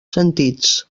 sentits